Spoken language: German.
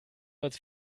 als